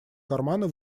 кармана